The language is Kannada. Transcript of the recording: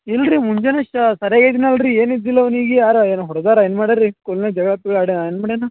ಇಲ್ರಿ ಮುಂಜಾನೆ ಶ ಸರ್ಯಾಗೆ ಇದೀನಲ್ಲ ರೀ ಏನಿದಿಲ್ಲ ಅವನಿಗೆ ಯಾರು ಏನು ಹೊಡ್ದಾರೆ ಏನು ಮಾಡಿದಾರ್ ರೀ ಸ್ಕೂಲ್ನಲ್ಲಿ ಜಗಳ ಏನು ಮಾಡಿದಾನ